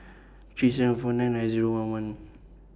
three seven four nine nine Zero one one